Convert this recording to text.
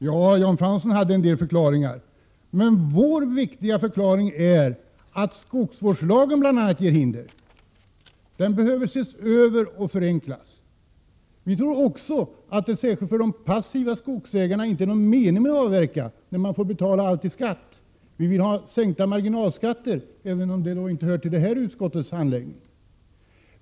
Jan Fransson hade en del förklaringar, men vår viktiga förklaring är att skogsvårdslagen bl.a. ställer upp hinder. Den behöver ses över och förenklas. Vi tror också att det särskilt för de passiva skogsägarna inte är någon mening att avverka när de får betala allt i skatt. Vi vill ha sänkta marginalskatter, även om det inte hör till det här utskottets handläggningsområde.